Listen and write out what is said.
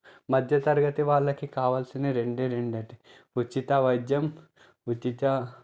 మధ్య తరగతి వాళ్ళకి కావలసినవి రెండే రెండు అండి ఉచిత వైద్యం ఉచిత